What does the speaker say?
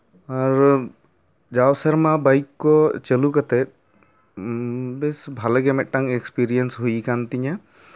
ᱟᱨ ᱡᱟᱣ ᱥᱮᱨᱢᱟ ᱵᱟᱭᱤᱠ ᱠᱚ ᱪᱟᱹᱞᱩ ᱠᱟᱛᱮᱫ ᱵᱮᱥ ᱵᱷᱟᱞᱮᱜᱮ ᱢᱤᱫᱴᱟᱝ ᱮᱠᱥᱯᱨᱤᱭᱮᱱᱥ ᱦᱩᱭ ᱟᱠᱟᱱ ᱛᱤᱧᱟᱹ